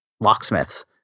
locksmiths